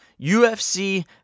UFC